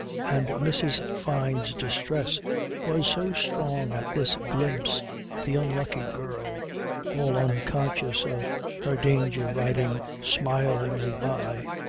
and mrs. fyne's distress was so strong at this glimpse of the unlucky girl all unconscious of her danger riding smilingly by,